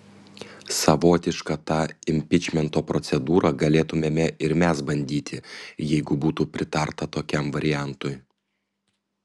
savotišką tą impičmento procedūrą galėtumėme ir mes bandyti jeigu būtų pritarta tokiam variantui